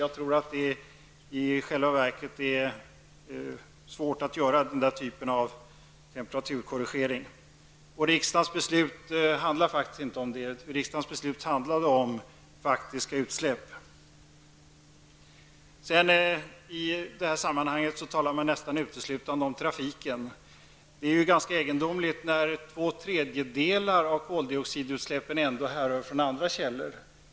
Jag tror att det i själva verket är svårt att göra den här typen av temperaturkorrigeringar. Riksdagens beslut handlade inte heller om det, utan det handlade om faktiska utsläpp. I detta sammanhang talas nästan uteslutande om trafiken. Det är ganska egendomligt när två tredjedelar av koldioxidutsläppen ändå härrör från andra källor.